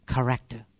Character